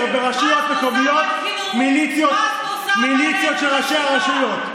ברשויות מקומיות "מליציות" של ראשי הרשויות.